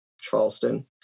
Charleston